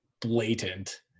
blatant